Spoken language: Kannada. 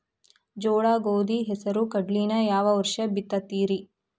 ಜೋಳ, ಗೋಧಿ, ಹೆಸರು, ಕಡ್ಲಿನ ಯಾವ ವರ್ಷ ಬಿತ್ತತಿರಿ?